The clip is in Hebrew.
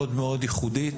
מאוד מאוד ייחודית,